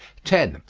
ten.